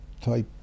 type